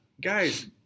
guys